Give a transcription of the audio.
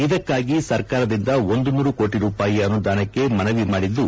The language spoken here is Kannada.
ಇದಕ್ಕಾಗಿ ಸರ್ಕಾರದಿಂದ ಒಂದು ನೂರು ಕೋಣ ರೂಪಾಯ ಅನುದಾನಕ್ಕೆ ಮನಬಿ ಮಾಡಿದ್ದು